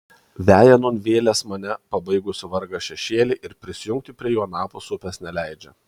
veja nūn vėlės mane pabaigusių vargą šešėliai ir prisijungti prie jų anapus upės neleidžia